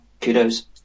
kudos